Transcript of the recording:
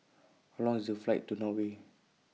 How Long IS The Flight to Norway